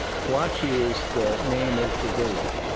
polachi is the name of the village.